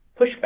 pushback